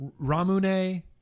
Ramune